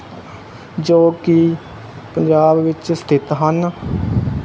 ਜੋ ਕਿ ਪੰਜਾਬ ਵਿੱਚ ਸਥਿਤ ਹਨ